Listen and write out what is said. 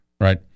Right